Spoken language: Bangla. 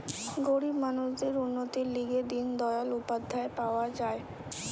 গরিব মানুষদের উন্নতির লিগে দিন দয়াল উপাধ্যায় পাওয়া যায়